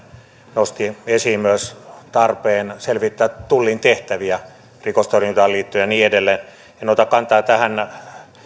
nosti esiin myös tarpeen selvittää tullin tehtäviä rikostorjuntaan liittyen ja niin edelleen en ota kantaa tähän